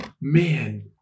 Man